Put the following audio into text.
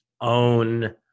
own